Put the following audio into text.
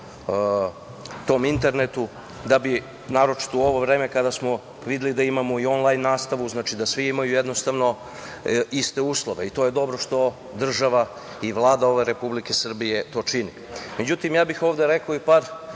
tom internetu, da bi naročito u vreme kada smo videli da imamo i onlajn nastavu svi imaju iste uslove, i to je dobro što država i Vlada ove Republike Srbije to čini.Međutim, rekao bih ovde i par